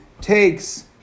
takes